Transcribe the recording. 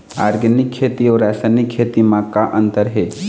Organic खेती अउ रासायनिक खेती म का अंतर हे?